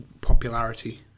popularity